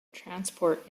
transport